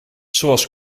zoals